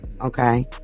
okay